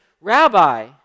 Rabbi